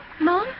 Mom